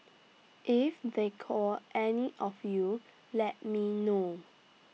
if they call any of you let me know